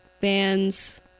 Bands